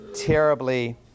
terribly